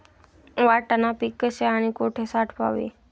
वाटाणा पीक कसे आणि कुठे साठवावे?